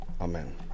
Amen